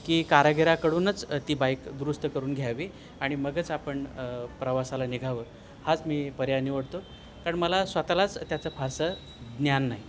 की कारागिराकडूनच ती बाईक दुरुस्त करून घ्यावी आणि मगच आपण प्रवासाला निघावं हाच मी पर्याय निवडतो कारण मला स्वतःलाच त्याचं फारसं ज्ञान नाही